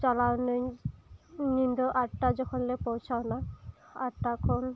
ᱪᱟᱞᱟᱣ ᱤᱱᱟᱹᱧ ᱧᱤᱫᱟᱹ ᱟᱴ ᱴᱟ ᱡᱚᱠᱷᱚᱱ ᱞᱮ ᱯᱚᱣᱪᱷᱟᱣ ᱱᱟ ᱟᱴ ᱴᱟ ᱠᱷᱚᱱ